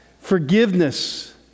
forgiveness